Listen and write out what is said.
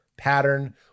Pattern